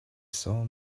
saw